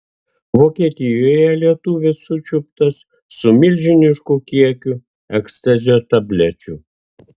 vokietijoje lietuvis sučiuptas su milžinišku kiekiu ekstazio tablečių